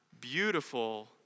beautiful